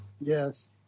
Yes